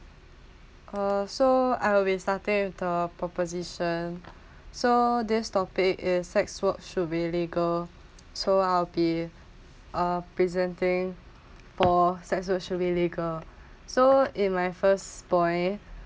uh so I'll be starting with the proposition so this topic is sex work should be legal so I'll be uh presenting for sex work should be legal so in my first point